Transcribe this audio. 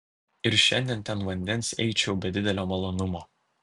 ir šiandien ten vandens eičiau be didelio malonumo